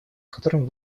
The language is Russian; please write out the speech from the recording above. которым